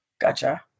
Gotcha